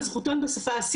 אבל אנחנו נראה את הלינק.